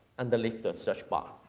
underneath the search bar.